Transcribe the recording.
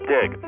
Dig